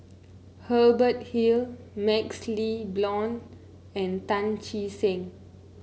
Hubert Hill MaxLe Blond and Tan Che Sang